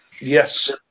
Yes